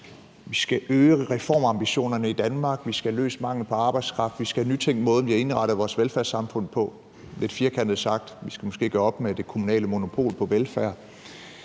vi skal øge reformambitionerne i Danmark; vi skal have løst manglen på arbejdskraft; vi skal nytænke måden, vi har indrettet vores velfærdssamfund på, lidt firkantet sagt. Vi skal måske gøre op med det kommunale monopol på velfærd.